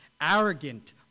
arrogant